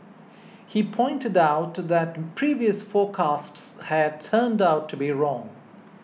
he pointed out that previous forecasts had turned out to be wrong